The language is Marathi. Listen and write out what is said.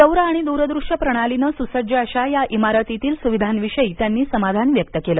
सौर आणि दूरदृश्य प्रणालीने सुसज्ज अशा या इमारतीतील सुविधांविषयी त्यांनी समाधान व्यक्त केल